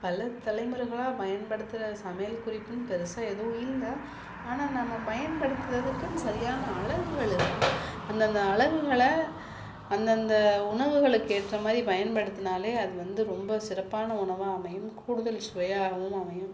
பல தலைமுறைகளாக பயன்படுத்துகிற சமையல் குறிப்புன்னு பெரிசா எதுவும் இல்லை ஆனால் நம்ம பயன்படுத்துறதுக்குன்னு சரியான அளவுகள் இருக்குது அந்தந்த அளகுகளை அந்தந்த உணவுகளுக்கு ஏற்றமாதிரி பயன்படுத்தினாலே அது வந்து ரொம்ப சிறப்பான உணவாக அமையும் கூடுதல் சுவையாகவும் அமையும்